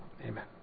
Amen